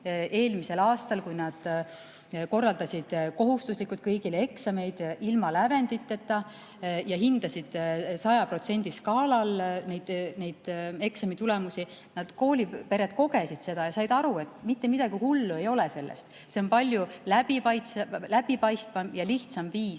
eelmisel aastal, kui koolid korraldasid kõigile kohustuslikud eksamid ilma lävenditeta ja hindasid 100% skaalal neid eksamitulemusi, siis koolipered kogesid seda ja said aru, et mitte midagi hullu ei ole sellest. See on palju läbipaistvam ja lihtsam viis